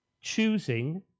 choosing